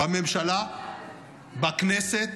בממשלה, בכנסת,